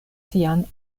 sian